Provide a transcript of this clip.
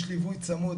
יש ליווי צמוד,